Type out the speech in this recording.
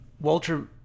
Walter